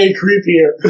creepier